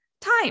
time